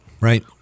right